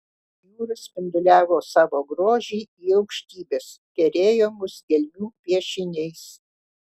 jūra spinduliavo savo grožį į aukštybes kerėjo mus gelmių piešiniais